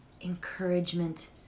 encouragement